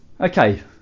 Okay